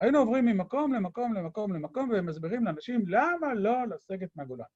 היינו עוברים ממקום למקום למקום למקום ומסבירים לאנשים למה לא לשגת מהגולן.